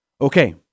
Okay